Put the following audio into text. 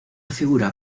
figura